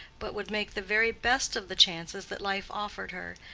but would make the very best of the chances that life offered her,